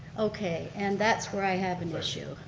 okay, and that's where i have an issue.